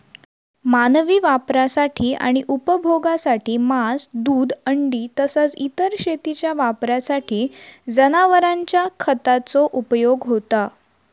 मानवी वापरासाठी आणि उपभोगासाठी मांस, दूध, अंडी तसाच इतर शेतीच्या वापरासाठी जनावरांचा खताचो उपयोग होता